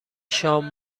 شام